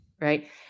Right